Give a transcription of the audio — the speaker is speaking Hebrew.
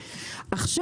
עכשיו,